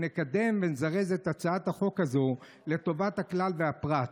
נקדם ונזרז את הצעת החוק הזו לטובת הכלל והפרט.